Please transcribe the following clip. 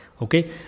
Okay